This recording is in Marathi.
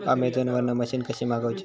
अमेझोन वरन मशीन कशी मागवची?